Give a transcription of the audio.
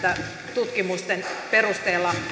tutkimusten perusteella